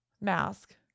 Mask